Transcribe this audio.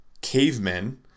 cavemen